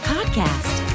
Podcast